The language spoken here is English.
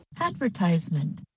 Advertisement